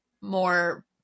more